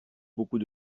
beaucoup